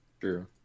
true